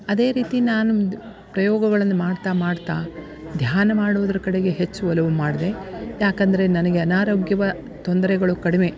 ಅದೇ ರೀತಿ ನಾನು ನುಮ್ದ್ ಪ್ರಯೋಗಗಳನ್ನು ಮಾಡ್ತಾ ಮಾಡ್ತಾ ಧ್ಯಾನ ಮಾಡುವುದ್ರ ಕಡೆಗೆ ಹೆಚ್ಚು ಒಲವು ಮಾಡಿದೆ ಯಾಕಂದರೆ ನನಗೆ ಅನಾರೋಗ್ಯದ ತೊಂದರೆಗಳು ಕಡಿಮೆ